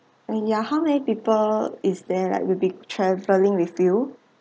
and yeah how many people is there right will be travelling with you